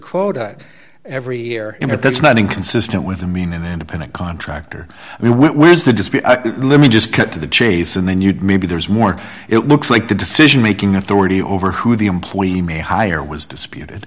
quota every year or that's not inconsistent with a mean an independent contractor i mean where's the just let me just cut to the chase and then you'd maybe there's more it looks like the decision making authority over who the employee may hire was disputed